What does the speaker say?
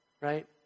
right